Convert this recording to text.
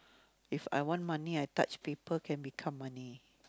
if I want money I touch paper can become money